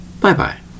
Bye-bye